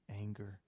anger